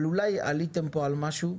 אבל אולי עליתם פה על משהו.